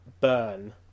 burn